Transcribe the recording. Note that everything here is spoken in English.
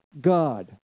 God